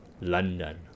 London